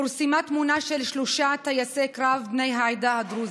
פורסמה תמונה של שלושה טייסי קרב בני העדה דרוזית.